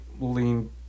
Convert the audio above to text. lean